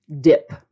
dip